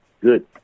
good